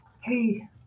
Hey